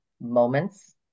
moments